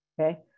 Okay